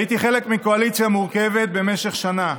הייתי חלק מקואליציה מורכבת במשך שנה.